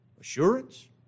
assurance